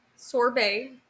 Sorbet